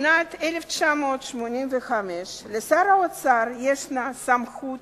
בשנת 1985, לשר האוצר יש סמכות